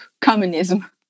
communism